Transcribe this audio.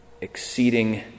exceeding